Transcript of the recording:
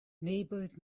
neighbors